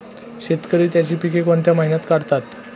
शेतकरी त्यांची पीके कोणत्या महिन्यात काढतात?